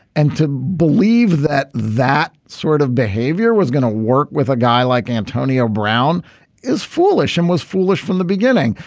and to believe that that sort of behavior was going to work with a guy like antonio brown is foolish and was foolish from the beginning.